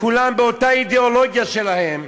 כולם באותה אידיאולוגיה שלהם.